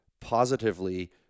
positively